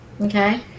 Okay